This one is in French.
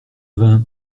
vin